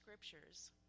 scriptures